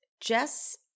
Jess